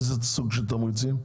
באיזה סוג של תמריצים?